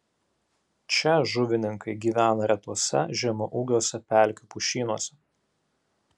čia žuvininkai gyvena retuose žemaūgiuose pelkių pušynuose